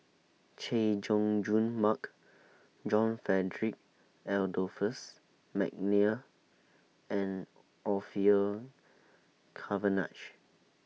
Chay Jung Jun Mark John Frederick Adolphus Mcnair and Orfeur Cavenagh